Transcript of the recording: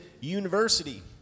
university